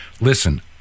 listen